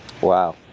wow